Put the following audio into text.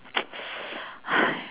!hais!